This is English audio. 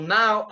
now